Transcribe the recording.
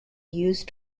used